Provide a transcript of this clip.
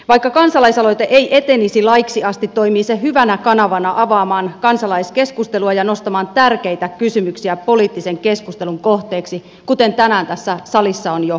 vaikka kansalaisaloite ei etenisi laiksi asti toimii se hyvänä kanavana avaamaan kansalaiskeskustelua ja nostamaan tärkeitä kysymyksiä poliittisen keskustelun kohteeksi kuten tänään tässä salissa on jo hyvin kuultu